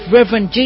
Reverend